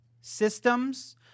systems